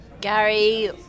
Gary